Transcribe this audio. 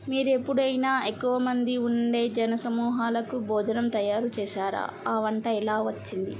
మీరు ఎప్పుడైనా ఎక్కువ మంది ఉండే జనసమూహాలకు భోజనం తయారు చేశారా ఆ వంట ఎలా వచ్చింది